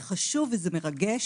זה חשוב ומרגש,